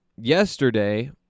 yesterday